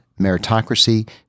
meritocracy